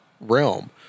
realm